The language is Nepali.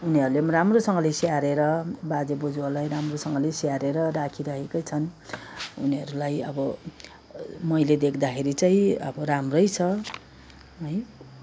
उनीहरूले पनि राम्रोसँगले स्याहारेर बाजे बोज्यूहरूलाई राम्रोसँगले स्याहारेर राखिरहेकै छन् उनीहरूलाई अब मैले देख्दाखेरि चाहिँ अब राम्रै छ है